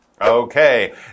okay